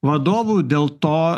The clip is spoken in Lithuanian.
vadovų dėl to